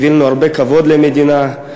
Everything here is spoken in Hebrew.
הביא הרבה כבוד למדינה.